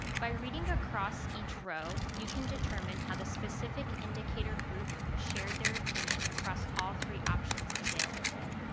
by reading across each row, you can determine how the specific indicator group shared their opinion across all three options available.